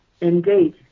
Indeed